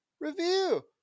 review